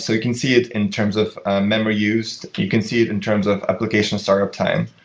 so you can see it in terms of ah memory use. you can see it in terms of application startup time.